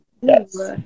yes